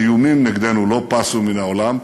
האיומים נגדנו לא פסו מן העולם,